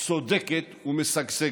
צודקת ומשגשגת.